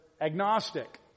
agnostic